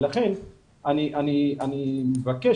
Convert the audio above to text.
לכן אני מבקש,